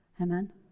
Amen